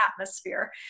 atmosphere